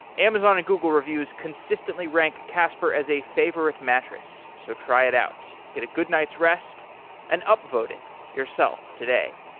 amazon and google reviews consistently ranked casper as a favorite mattress so try it out. get a good night's rest and up voted yourself today.